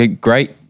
great